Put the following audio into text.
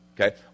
Okay